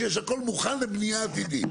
כשיש הכול מוכן לבנייה עתידית.